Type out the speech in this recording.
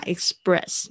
Express